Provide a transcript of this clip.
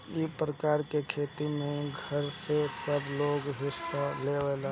ई प्रकार के खेती में घर के सबलोग हिस्सा लेवेला